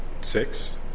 six